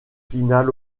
final